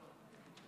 חבריי חברי הכנסת,